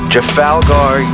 Jafalgar